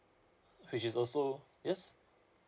which is also yes